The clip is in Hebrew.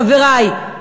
חברי,